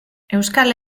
euskal